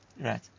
Right